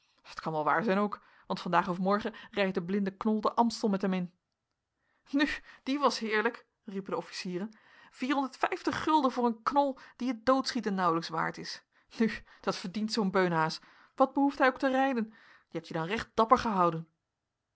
t kan wel waar zijn ook want vandaag of morgen rijdt de blinde knol den amstel met hem in nu die was heerlijk riepen de officieren vierhonderd vijftig gulden voor een knol die het doodschieten nauwelijks waard is nu dat verdient zoo'n beunhaas wat behoeft hij ook te rijden je hebt je dan recht dapper gehouden